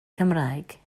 cymraeg